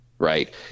right